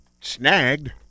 snagged